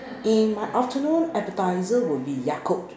in my afternoon appetiser will be Yakult